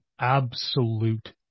absolute